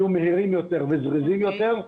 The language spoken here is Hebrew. יהיו מהירים יותר וזריזים יותר.